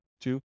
Two